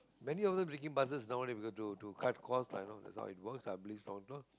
many of them taking buses nowadays because to to cut cost lah you know that's how it works lah I believe not not